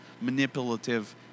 manipulative